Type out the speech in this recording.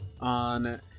on